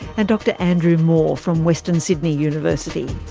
and dr andrew moore from western sydney university.